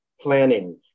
planning